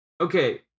okay